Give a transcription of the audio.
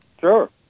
Sure